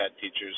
teachers